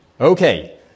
Okay